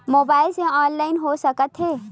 Mobile से online हो सकत हे?